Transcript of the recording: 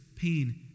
pain